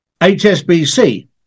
HSBC